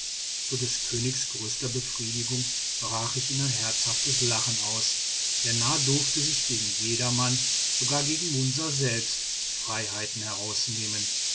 zu des königs größter befriedigung brach ich in herzhaftes lachen aus der narr durfte sich gegen jedermann sogar gegen munsa selbst freiheiten herausnehmen